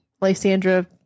Lysandra